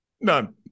None